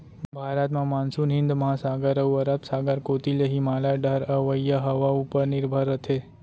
भारत म मानसून हिंद महासागर अउ अरब सागर कोती ले हिमालय डहर अवइया हवा उपर निरभर रथे